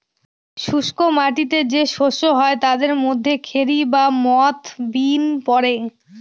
শুস্ক মাটিতে যে শস্য হয় তাদের মধ্যে খেরি বা মথ, বিন পড়ে